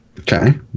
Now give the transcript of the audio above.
Okay